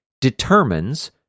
determines